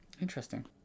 Interesting